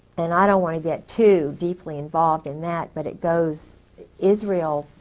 and i don't want to get too deeply involved in that, but it goes israel.